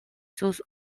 sus